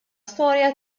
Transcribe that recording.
storja